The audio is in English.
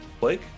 Blake